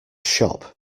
shop